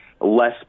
less